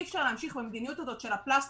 אי אפשר להמשיך במדיניות הזאת של הפלסטר,